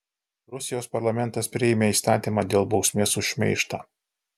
rusijos parlamentas priėmė įstatymą dėl bausmės už šmeižtą